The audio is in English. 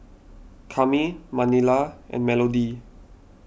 Cami Manilla and Melodie